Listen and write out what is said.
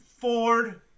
ford